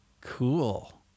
Cool